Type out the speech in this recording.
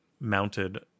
mounted